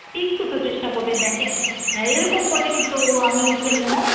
একটু তো চেষ্টা করে দেখুন হ্যাঁ এরকম করলে কিন্তু আমি খেলব না